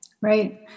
right